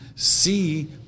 See